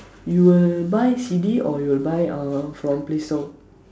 you will buy C_D or you will buy uh from play store